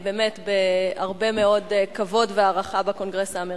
בהרבה מאוד כבוד והערכה בקונגרס האמריקני.